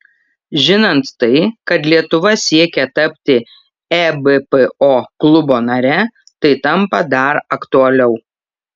žinant tai kad lietuva siekia tapti ebpo klubo nare tai tampa dar aktualiau